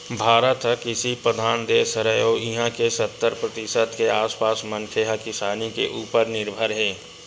भारत ह कृषि परधान देस हरय अउ इहां के सत्तर परतिसत के आसपास मनखे ह किसानी के उप्पर निरभर हे